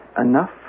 Enough